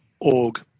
org